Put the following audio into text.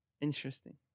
Interesting